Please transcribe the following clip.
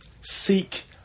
seek